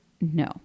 No